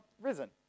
risen